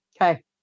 Okay